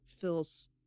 feels